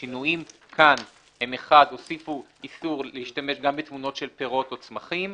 השינויים כאן הם: 1. הוסיפו איסור להשתמש בתמונות של פירות או צמחים.